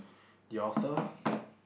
the author